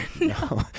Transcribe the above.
No